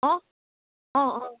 অঁ অঁ অঁ